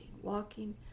Walking